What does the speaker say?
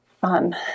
Fun